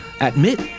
admit